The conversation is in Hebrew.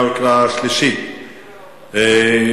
בעד, 12, אין מתנגדים, אין נמנעים.